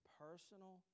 personal